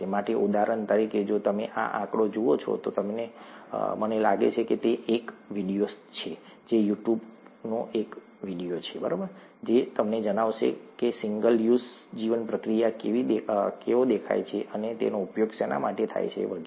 માટે ઉદાહરણ તરીકે જો તમે આ આંકડો જુઓ છો તો મને લાગે છે કે આ એક વિડિયો છે YouTube તે એક વિડિયો છે તે તમને જણાવશે કે સિંગલ યુઝ જીવપ્રતિક્રિયા કેવો દેખાય છે અને તેનો ઉપયોગ શેના માટે થાય છે વગેરે